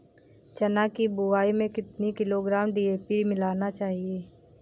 चना की बुवाई में कितनी किलोग्राम डी.ए.पी मिलाना चाहिए?